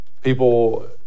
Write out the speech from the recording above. People